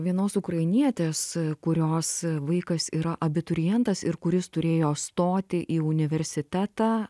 vienos ukrainietės kurios vaikas yra abiturientas ir kuris turėjo stoti į universitetą